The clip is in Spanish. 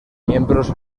miembros